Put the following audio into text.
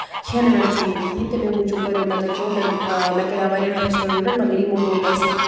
کھٮ۪ن وین چھُنہٕ ییٚتہِ کِہینۍ تہِ نہٕ تَمے موٗجوٗب کَریو تۄہہِ مےٚ فون مےٚ دوٚپ مےٚ کَریاو واریاہَن ریسٹورَنٹَن مَگر یِمو دوٚپ اَسہِ